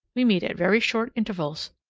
we meet at very short intervals,